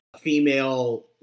female